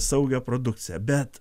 saugią produkciją bet